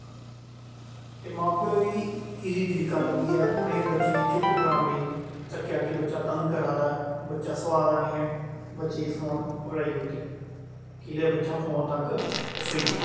मां प्योऽ गी बी इजी तरीका लब्भिया उ'नें बच्चें ई चुप्प करान लेई तक्केआ कि बच्चा तंग करा दा बच्चा सोआ दा नेईं ऐ बच्चे गी फोन पगड़ाई छोड़दे न कि लै बच्चा फोन तक्क ते सेई जा